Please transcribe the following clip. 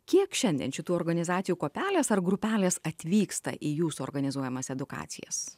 kiek šiandien šitų organizacijų kuopelės ar grupelės atvyksta į jūsų organizuojamas edukacijas